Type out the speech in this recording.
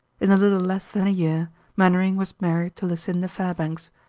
in a little less than a year mainwaring was married to lucinda fairbanks.